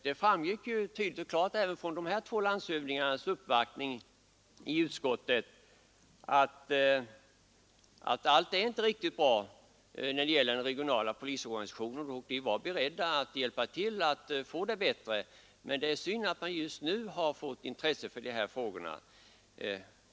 Det framgick tydligt och klart även av dessa två landshövdingars uppvaktning i utskottet att allt inte är riktigt bra när det gäller den regionala polisorganisationen, och de var beredda att hjälpa till att göra det bättre. Men det är synd att man just nu fått intresse för dessa frågor.